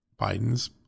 Biden's